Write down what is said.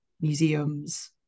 museums